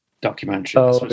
documentary